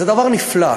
זה דבר נפלא.